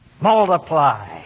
Multiply